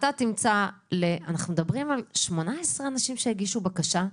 אתה תמצא אנחנו מדברים על 18 אנשים שהגישו בקשה.